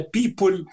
people